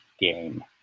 game